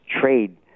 trade